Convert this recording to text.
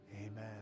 Amen